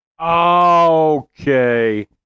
Okay